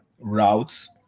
routes